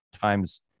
times